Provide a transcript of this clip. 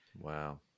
Wow